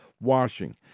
washing